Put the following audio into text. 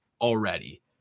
already